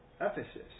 Ephesus